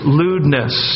lewdness